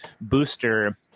booster